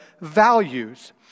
values